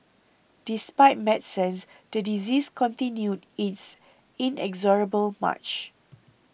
despite medicines the disease continued its inexorable march